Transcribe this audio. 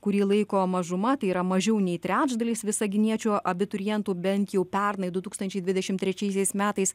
kurį laiko mažuma tai yra mažiau nei trečdalis visaginiečių abiturientų bent jau pernai du tūkstančiai dvidešim trečiaisiais metais